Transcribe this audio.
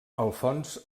alfons